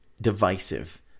divisive